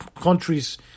countries